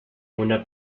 una